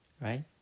Right